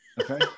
Okay